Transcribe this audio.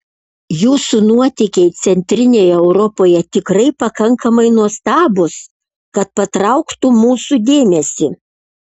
jūsų nuotykiai centrinėje europoje tikrai pakankamai nuostabūs kad patrauktų mūsų dėmesį